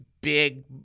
big